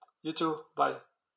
you too bye